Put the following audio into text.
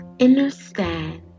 understand